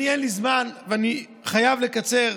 אין לי זמן ואני חייב לקצר.